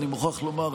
אני מוכרח לומר,